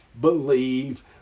believe